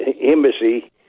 embassy